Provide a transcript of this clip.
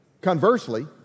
Conversely